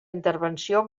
intervenció